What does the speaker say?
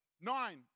nine